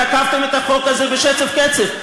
תקפתם את החוק הזה בשצף קצף,